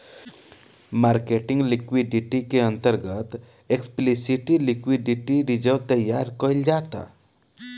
marketing liquidity के अंतर्गत explicit liquidity reserve तैयार कईल जाता